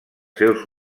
seus